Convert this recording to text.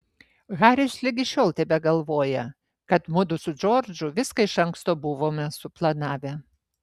haris ligi šiol tebegalvoja kad mudu su džordžu viską iš anksto buvome suplanavę